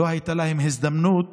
לא הייתה להם הזדמנות